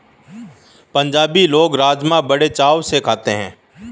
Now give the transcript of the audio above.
पंजाबी लोग राज़मा बड़े चाव से खाते हैं